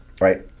right